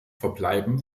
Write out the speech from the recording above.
verbleiben